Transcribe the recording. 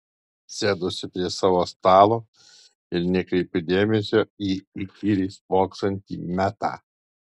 sėduosi prie savo stalo ir nekreipiu dėmesio į įkyriai spoksantį metą